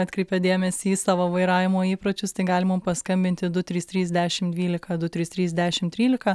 atkreipė dėmesį į savo vairavimo įpročius tai galima paskambinti du trys trys dešim dvylika du trys trys dešim trylika